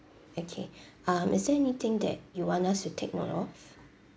okay um is there anything that you want us to take note of